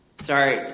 Sorry